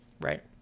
Right